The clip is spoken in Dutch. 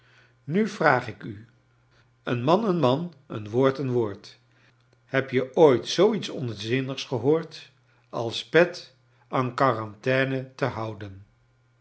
nu vraag ik u een man een man een woord een woord heb je ooit zoo iets onzinnigs gehoord als pet en quarantaine te houden